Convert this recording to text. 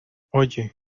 oye